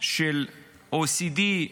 של OECD,